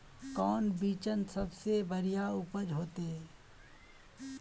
कौन बिचन सबसे बढ़िया उपज होते?